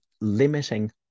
limiting